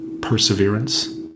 perseverance